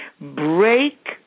break